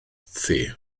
thi